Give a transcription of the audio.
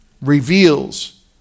reveals